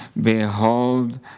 Behold